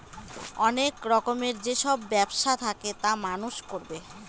অনেক রকমের যেসব ব্যবসা থাকে তা মানুষ করবে